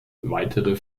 weitere